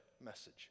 message